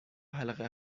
حلقه